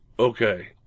Okay